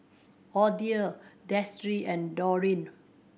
Odile Destry and Dorene